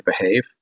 behave